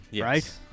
right